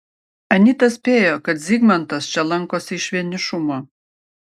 anita spėjo kad zygmantas čia lankosi iš vienišumo